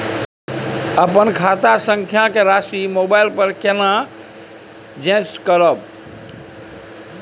अपन खाता संख्या के राशि मोबाइल पर केना जाँच करब?